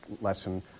lesson